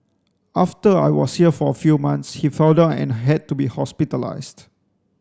after I was here for a few months he fell down and had to be hospitalised